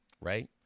right